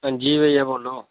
हां जी भेइया बोलो